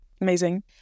amazing